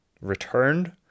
returned